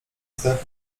zdechł